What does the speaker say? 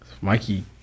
Mikey